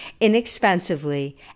inexpensively